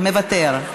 מוותר.